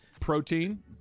Protein